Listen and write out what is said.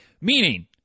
Meaning